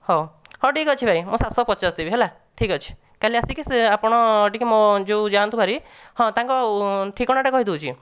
ହେଉ ହେଉ ଠିକ୍ ଅଛି ଭାଇ ମୁଁ ସାତଶହ ପଚାଶ ଦେବି ହେଲା ଠିକ୍ ଅଛି କାଲି ଆସିକି ସେ ଆପଣ ଟିକିଏ ମୋ ଯେଉଁ ଯାଆନ୍ତୁ ବାହାରି ହଁ ତାଙ୍କ ଠିକଣାଟା କହିଦେଉଛି